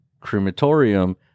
crematorium